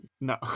no